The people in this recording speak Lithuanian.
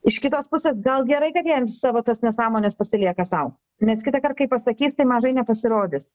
iš kitos pusės gal gerai kad jie m savo tas nesąmones pasilieka sau nes kitąkart kai pasakys tai mažai nepasirodys